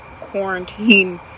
quarantine